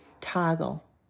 toggle